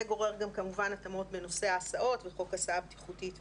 זה גורר גם כמובן התאמות בנושא ההסעות וחוק הסעה בטיחותית וכו'.